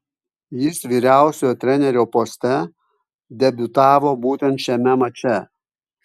jis vyriausiojo trenerio poste debiutavo būtent šiame mače